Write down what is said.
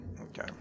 Okay